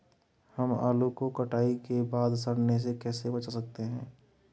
हम आलू को कटाई के बाद सड़ने से कैसे बचा सकते हैं?